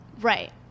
right